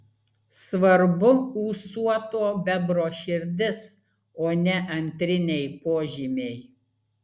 svarbu ūsuoto bebro širdis o ne antriniai požymiai